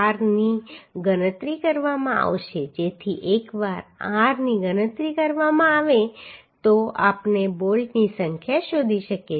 ની ગણતરી કરવામાં આવશે જેથી એકવાર R ની ગણતરી કરવામાં આવે તો આપણે બોલ્ટની સંખ્યા શોધી શકીએ